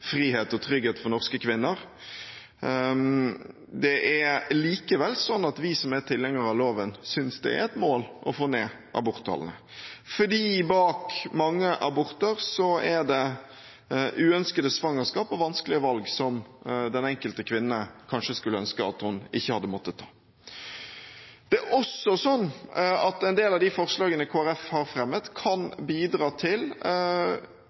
frihet og trygghet for norske kvinner. Det er likevel sånn at vi som er tilhengere av loven, synes det er et mål å få ned aborttallene, for bak mange aborter er det uønskede svangerskap og vanskelige valg som den enkelte kvinne kanskje skulle ønske at hun ikke hadde måttet ta. En del av de forslagene Kristelig Folkeparti har fremmet, kan bidra til